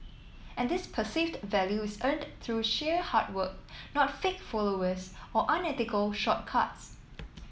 and this perceived value is earned through sheer hard work not fake followers or unethical shortcuts